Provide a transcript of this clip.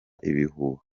ibihuha